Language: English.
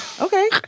Okay